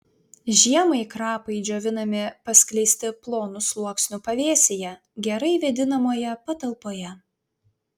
žiemai krapai džiovinami paskleisti plonu sluoksniu pavėsyje gerai vėdinamoje patalpoje